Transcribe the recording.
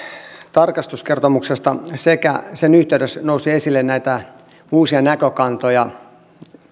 tarkastuskertomuksesta sekä sen yhteydessä nousi esille näitä uusia näkökantoja